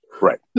Right